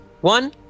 One